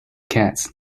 cats